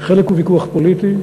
חלק הוא ויכוח פוליטי,